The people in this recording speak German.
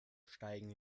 steigen